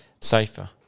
Safer